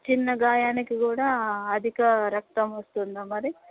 చిన్న గాయానికి కూడా అధిక రక్తం వస్తుందా మరి